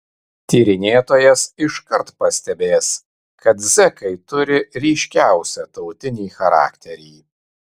tyrinėtojas iškart pastebės kad zekai turi ryškiausią tautinį charakterį